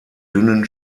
dünnen